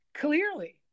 clearly